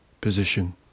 position